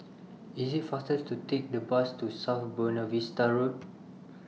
IT IS faster to Take The Bus to South Buona Vista Road